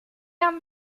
haben